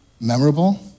memorable